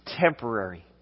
temporary